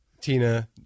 Tina